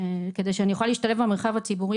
כדי שאני אוכל להשתלב במרחב הציבורי